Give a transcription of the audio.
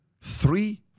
three